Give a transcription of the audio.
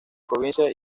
provincia